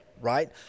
right